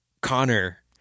Connor